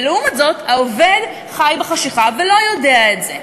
לעומת זאת, העובד חי בחשכה ולא יודע את זה.